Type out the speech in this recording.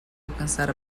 alcançar